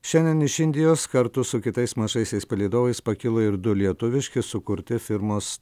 šiandien iš indijos kartu su kitais mažaisiais palydovais pakilo ir du lietuviški sukurti firmos